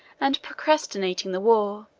and procrastinating the war.